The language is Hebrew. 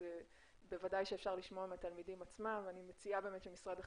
אני מציעה שמשרד החינוך,